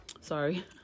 Sorry